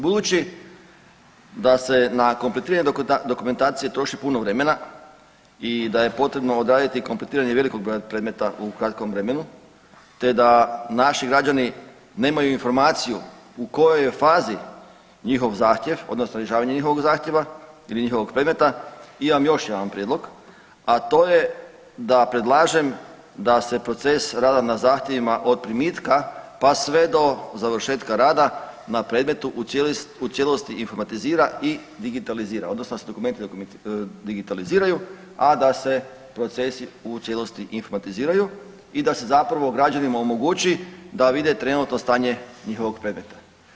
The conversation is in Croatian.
Budući da se na kompletiranje dokumentacije troši puno vremena i da je potrebno odraditi kompletiranje velikog broja predmeta u kratkom vremenu, te da naši građani nemaju informaciju u kojoj je fazi njihov zahtjev, odnosno rješavanje njihovog zahtjeva ili njihovog predmeta imam još jedan prijedlog, a to je da predlažem da se proces rada na zahtjevima od primitka pa sve do završetka rada na predmetu u cijelosti informatizira i digitalizira, odnosno da se dokumenti digitaliziraju, a da se procesi u cijelosti informatiziraju i da se zapravo građanima omogući da vide trenutno stanje njihovog predmeta.